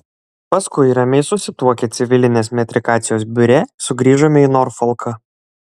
paskui ramiai susituokę civilinės metrikacijos biure sugrįžome į norfolką